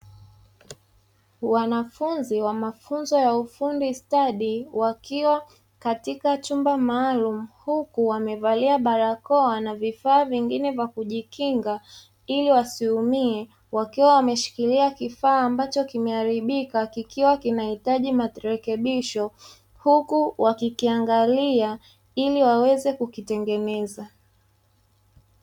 Wanafunzi wa mafunzo ya ufundi stadi wakiwa katika chumba maalumu huku wamevalia barakoa na vifaa vingine vya kujikinga ili wasiumie, wakiwa wameshikilia kifaa ambacho kimeharibika kikiwa kinahitaji marekebisho huku wakikiangalia ili waweze kukitengeneza.